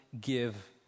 give